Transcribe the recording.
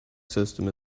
system